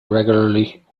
regularly